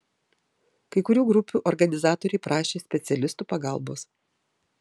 kai kurių grupių organizatoriai prašė specialistų pagalbos